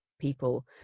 people